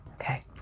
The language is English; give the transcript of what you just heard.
Okay